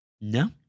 No